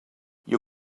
you